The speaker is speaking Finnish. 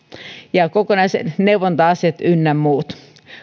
ja kokonaiset neuvonta asiat ynnä muut